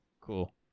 Cool